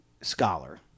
scholar